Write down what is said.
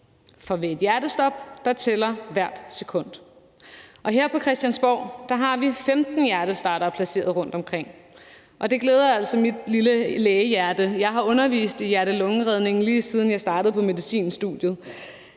for ved et hjertestop tæller hvert sekund. Her på Christiansborg har vi 15 hjertestartere placeret rundtomkring, og det glæder altså mit lille lægehjerte. Jeg har undervist i hjerte-lunge-redning, lige siden jeg startede på medicinstudiet,